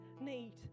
need